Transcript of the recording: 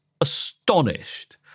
astonished